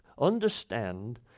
understand